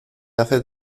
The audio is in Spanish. hace